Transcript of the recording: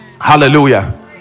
Hallelujah